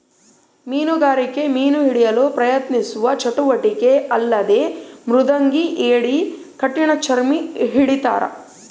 ಮೀನುಗಾರಿಕೆ ಮೀನು ಹಿಡಿಯಲು ಪ್ರಯತ್ನಿಸುವ ಚಟುವಟಿಕೆ ಅಲ್ಲದೆ ಮೃದಂಗಿ ಏಡಿ ಕಠಿಣಚರ್ಮಿ ಹಿಡಿತಾರ